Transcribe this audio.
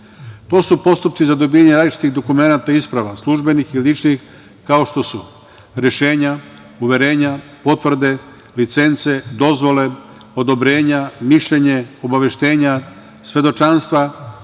To su postupci za dobijanje različitih dokumenata, isprava, službenih i ličnih, kao što su: rešenja, uverenja, potvrde, licence, dozvole, odobrenja, mišljenja, obaveštenja, svedočanstva,